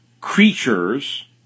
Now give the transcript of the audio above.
creatures